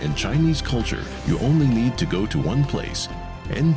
in chinese culture you only need to go to one place